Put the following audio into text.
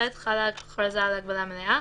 (ח) חלה הכרזה על הגבלה מלאה,